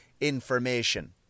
information